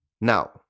Now